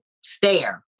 stare